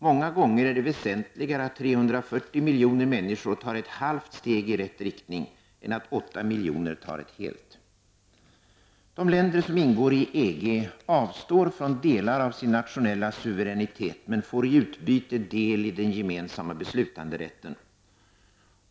Många gånger är det väsentligare att 340 miljoner människor tar ett halvt steg i rätt riktning än att 8 miljoner tar ett helt. De länder som ingår i EG avstår från delar av sin nationella suveränitet men får i utbyte del i den gemensamma beslutanderätten.